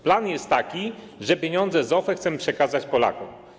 Plan jest taki, że pieniądze z OFE chcemy przekazać Polakom.